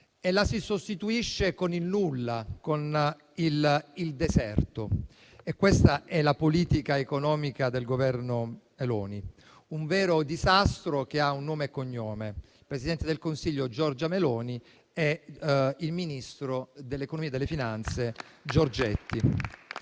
la si sostituisce con il nulla, con il deserto. Questa è la politica economica del Governo Meloni, un vero disastro che ha nomi e cognomi: il presidente del Consiglio Giorgia Meloni e il ministro dell'economia e delle finanze Giorgetti.